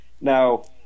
Now